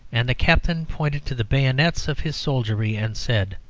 and the captain pointed to the bayonets of his soldiery and said.